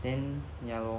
then ya lor